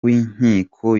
w’inkiko